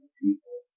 people